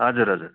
हजुर हजुर